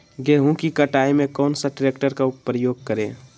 गेंहू की कटाई में कौन सा ट्रैक्टर का प्रयोग करें?